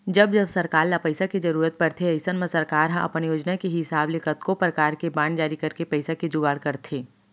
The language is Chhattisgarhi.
जब जब सरकार ल पइसा के जरूरत परथे अइसन म सरकार ह अपन योजना के हिसाब ले कतको परकार के बांड जारी करके पइसा के जुगाड़ करथे